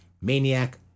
Maniac